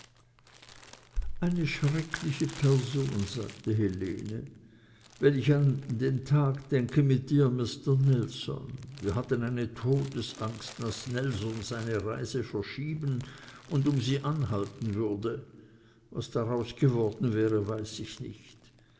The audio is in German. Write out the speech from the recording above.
eine schreckliche person sagte helene wenn ich an den tag denke mit dear mister nelson wir hatten eine todesangst daß nelson seine reise verschieben und um sie anhalten würde was daraus geworden wäre weiß ich nicht